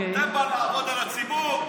אתה בא לעבוד על הציבור?